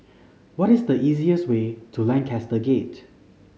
what is the easiest way to Lancaster Gate